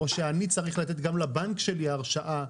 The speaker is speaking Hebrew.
או שאני צריך לתת לבנק שלי הרשאה,